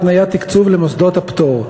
התניית תקצוב למוסדות הפטור.